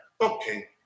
Okay